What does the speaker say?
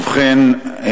ובכן,